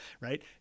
right